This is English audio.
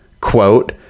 Quote